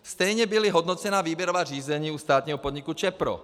Stejně byla hodnocena výběrová řízení u státního podniku Čepro.